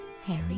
Harry